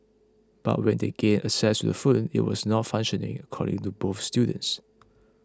but when they gained access to the phone it was not functioning according to both students